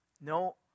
No